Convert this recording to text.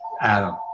Adam